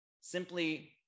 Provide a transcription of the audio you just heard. simply